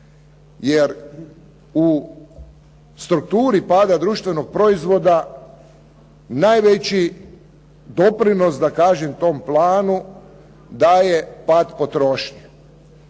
Jer u strukturi pada društvenog proizvoda najveći doprinos da kažem tom planu daje pad potrošnje.